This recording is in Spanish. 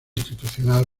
institucional